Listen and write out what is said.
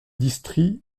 district